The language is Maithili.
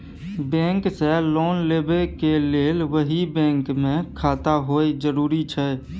बैंक से लोन लेबै के लेल वही बैंक मे खाता होय जरुरी छै?